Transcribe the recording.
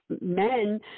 men